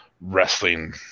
wrestling